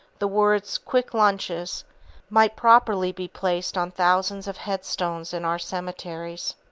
the words quick lunches might properly be placed on thousands of headstones in our cemeteries.